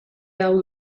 hau